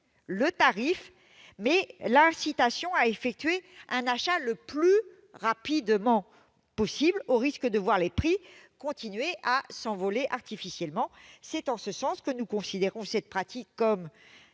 demande, mais l'incitation à effectuer un achat le plus rapidement possible, au risque de voir les prix continuer à s'envoler artificiellement. Nous considérons cette pratique comme